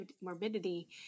morbidity